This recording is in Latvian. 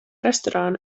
restorānu